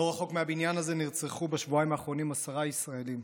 לא רחוק מהבניין הזה נרצחו בשבועיים האחרונים עשרה ישראלים.